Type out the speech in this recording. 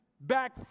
back